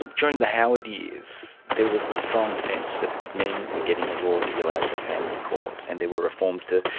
and during the howard years there was a strong sense that men were getting a raw deal out of the family court and there were reforms to,